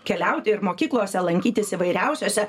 keliauti ir mokyklose lankytis įvairiausiuose